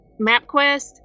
MapQuest